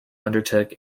undertook